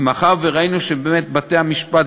ומאחר שראינו שבאמת בתי-המשפט,